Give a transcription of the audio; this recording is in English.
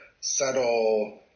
subtle